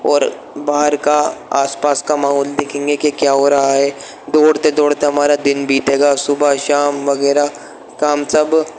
اور باہر کا آس پاس کا ماحول دیکھیں گے کہ کیا ہو رہا ہے دوڑتے دوڑتے ہمارا دن بیتے گا صبح شام وغیرہ تو ہم سب